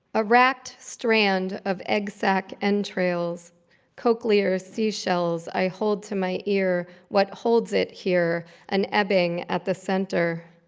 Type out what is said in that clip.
a wracked strand of egg-sac entrails, cochlear seashells i hold to my ear. what holds it here an ebbing at the center.